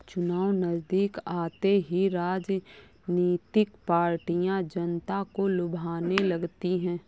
चुनाव नजदीक आते ही राजनीतिक पार्टियां जनता को लुभाने लगती है